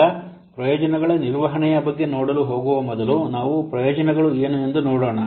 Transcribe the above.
ಈಗ ಪ್ರಯೋಜನಗಳ ನಿರ್ವಹಣೆಯ ಬಗ್ಗೆ ನೋಡಲು ಹೋಗುವ ಮೊದಲು ನಾವು ಪ್ರಯೋಜನಗಳು ಏನು ಎಂದು ನೋಡೋಣ